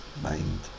mind